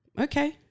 Okay